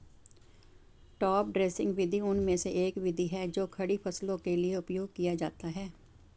top dressing विधि उनमें से एक विधि है जो खड़ी फसलों के लिए उपयोग किया जाता है